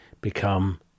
become